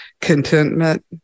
contentment